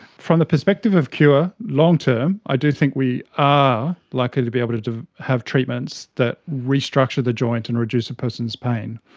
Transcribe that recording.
from the perspective of cure, long term i think we are likely to be able to to have treatments that restructure the joint and reduce a person's pain.